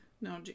No